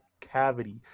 cavity